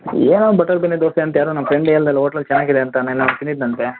ಏನೋ ಬಟರ್ ಬೆಣ್ಣೆ ದೋಸೆ ಅಂತೆ ಯಾರೋ ನನ್ನ ಫ್ರೆಂಡ್ ಹೇಳ್ದ ಅಲ್ಲಿ ಹೋಟೆಲ್ಲಲ್ಲಿ ಚೆನ್ನಾಗಿದೆ ಅಂತೆ ನಿನ್ನೆ ಅವ್ನು ತಿಂದಿದ್ನಂತೆ